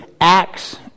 Acts